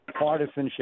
partisanship